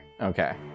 Okay